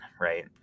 right